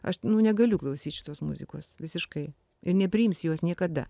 aš nu negaliu klausyt šitos muzikos visiškai ir nepriimsiu jos niekada